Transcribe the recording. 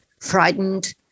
frightened